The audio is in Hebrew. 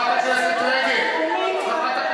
אל תטיפי לנו, אין לך זכות, עזבת את